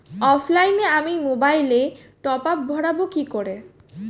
অফলাইনে আমি মোবাইলে টপআপ ভরাবো কি করে?